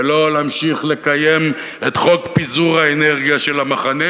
ולא להמשיך לקיים את חוק פיזור האנרגיה של המחנה